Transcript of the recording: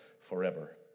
forever